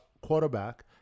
quarterback